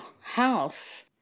house